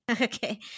Okay